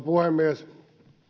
puhemies